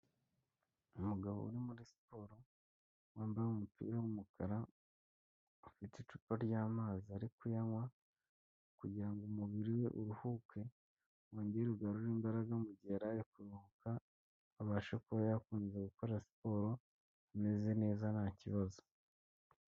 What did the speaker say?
Umugabo uri muri siporo wambaye umupira w'umukara, ufite icupa ry'amazi ari kuyanywa kugira ngo umubiri we uruhuke wongere ugarure imbaraga mu gihe yari ari kuruhuka, abashe kuba yakongera gukora siporo imeze neza nta kibazo.